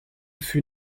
fut